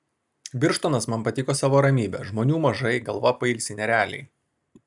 birštonas man patiko savo ramybe žmonių mažai galva pailsi nerealiai